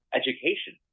education